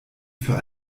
für